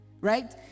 right